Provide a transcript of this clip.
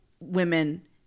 women